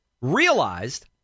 realized